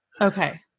okay